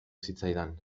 zitzaidan